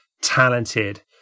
talented